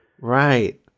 Right